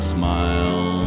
smile